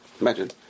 Imagine